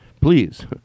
please